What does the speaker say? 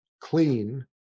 clean